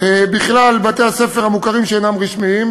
בכלל זה בתי-הספר המוכרים שאינם רשמיים,